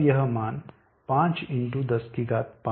अब यह मान 5 ×105 से कम है